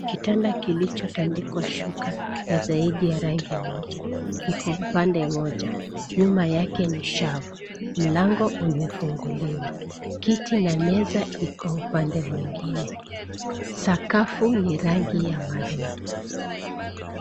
Kitanda kilichotandikwa shuka ya zaidi ya rangi moja kiko pande moja. Nyuma yake ni shelf .Mlango umefunguliwa. Kiti na meza iko upande mwingine. Sakafu ni rangi ya maroon .